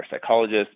psychologist